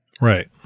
Right